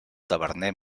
taverner